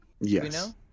Yes